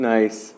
Nice